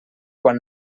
quan